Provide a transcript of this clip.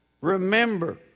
Remember